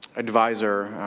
advisor,